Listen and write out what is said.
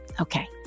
Okay